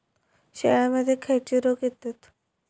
शेळ्यामध्ये खैचे रोग येतत?